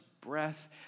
breath